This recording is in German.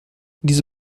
diese